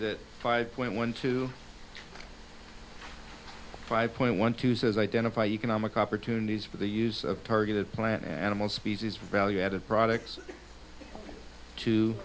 that five point one two five point one two says identify economic opportunities for the use of targeted plant and animal species value added products to